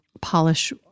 polish